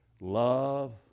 love